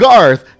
Garth